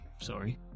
sorry